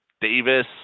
Davis